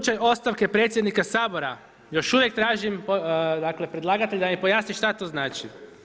Slučaj ostavke predsjednika Sabora, još uvijek tražim dakle predlagatelja da mi pojasni šta to znači.